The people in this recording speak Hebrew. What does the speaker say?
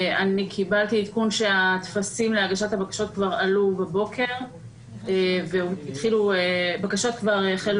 קיבלתי עדכון שהטפסים להגשת הבקשות כבר עלו בבוקר ובקשות כבר החלו